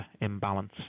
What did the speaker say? imbalance